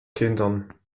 kindern